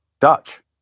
dutch